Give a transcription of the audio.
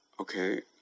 Okay